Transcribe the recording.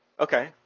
Okay